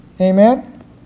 Amen